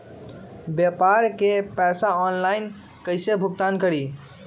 व्यापारी के पैसा ऑनलाइन कईसे भुगतान करी?